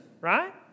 right